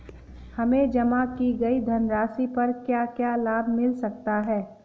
हमें जमा की गई धनराशि पर क्या क्या लाभ मिल सकता है?